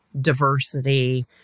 diversity